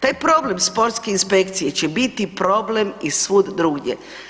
Taj problem sportske inspekcije će biti problem i svud drugdje.